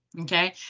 Okay